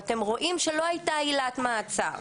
ואתם רואים לא הייתה עילת מעצר,